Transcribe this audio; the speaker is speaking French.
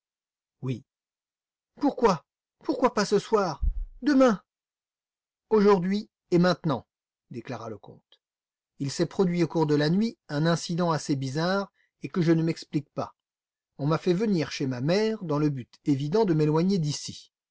oui pourquoi pourquoi pas ce soir demain aujourd'hui et maintenant déclara le comte il s'est produit au cours de la nuit un incident assez bizarre et que je ne m'explique pas on m'a fait venir chez ma mère dans le but évident de m'éloigner d'ici